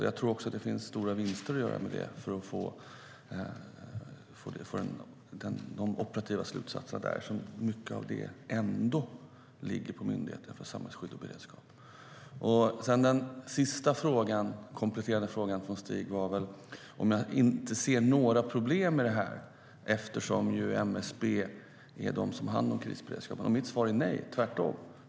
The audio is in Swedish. Jag tror att det finns stora vinster att göra genom att låta MSB dra de operativa slutsatserna eftersom mycket av arbetet ändå ligger på Myndigheten för samhällsskydd och beredskap. Den sista kompletterande frågan som Stig Henriksson ställde gällde om jag inte ser några problem eftersom MSB har hand om krisberedskapen. Mitt svar är nej. Tvärtom!